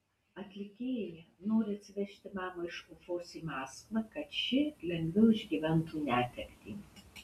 atlikėja nori atsivežti mamą iš ufos į maskvą kad ši lengviau išgyventų netektį